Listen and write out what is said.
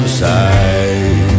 side